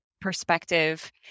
perspective